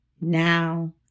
Now